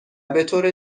بطور